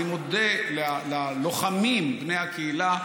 אני מודה ללוחמים בני הקהילה,